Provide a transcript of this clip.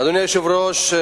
אדוני היושב-ראש,